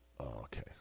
okay